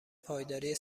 پایداری